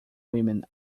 women